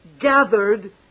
gathered